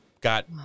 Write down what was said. got